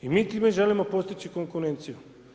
I mi time želimo postići konkurenciju.